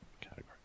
category